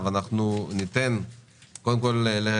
אנחנו נעשה עבודה משותפת ביחד כדי לראות